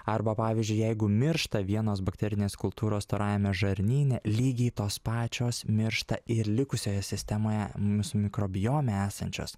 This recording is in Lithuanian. arba pavyzdžiui jeigu miršta vienos bakterinės kultūros storajame žarnyne lygiai tos pačios miršta ir likusioje sistemoje mūsų mikrobiome esančios